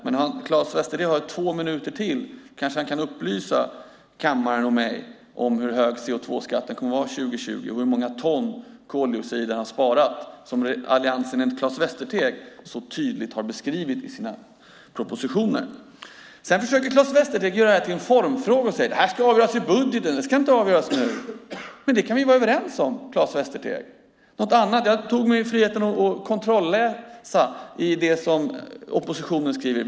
Men Claes Västerteg har ytterligare två minuter då han kanske kan upplysa mig och de övriga i kammaren om hur hög CO2-skatten kommer att vara 2020 och hur många ton koldioxid man har sparat, vilket Alliansen enligt Claes Västerteg så tydligt har beskrivit i sina propositioner. Sedan försöker Claes Västerteg göra detta till en formfråga och säger att detta ska avgöras i budgeten och inte nu. Det kan vi vara överens om, Claes Västerteg. Jag tog mig friheten att kontrolläsa det som oppositionen har skrivit.